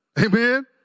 Amen